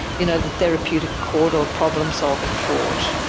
you know, the therapeutic court or problem-solving court.